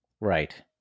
right